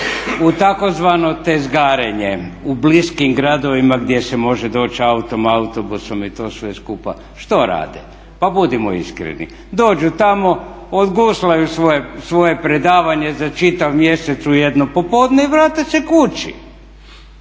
u tzv. tezgarenje u bliskim gradovima gdje se moći doći autom, autobusom i to sve skupa što rade? Pa budimo iskreni, dođu tamo, odguslaju svoje predavanje za čitav mjesec u jedno popodne i vrate se kući.